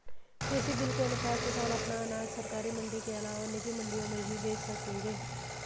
कृषि बिल के अनुसार किसान अपना अनाज सरकारी मंडी के अलावा निजी मंडियों में भी बेच सकेंगे